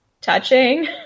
touching